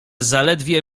zaledwie